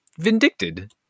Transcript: vindicted